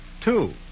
Two